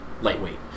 lightweight